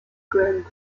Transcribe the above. grant